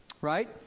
right